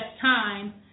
time